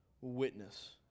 witness